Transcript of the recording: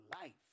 life